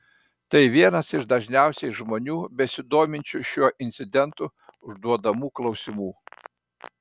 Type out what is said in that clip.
tai vienas iš dažniausiai žmonių besidominčiu šiuo incidentu užduodamų klausimų